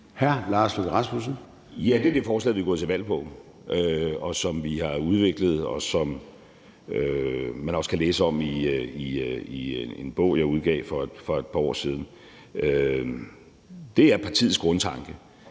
14:18 Lars Løkke Rasmussen (M): Ja, det er det forslag, vi er gået til valg på, og som vi har udviklet, og som man også kan læse om i en bog, jeg udgav for et par år siden. Det er partiets grundtanke.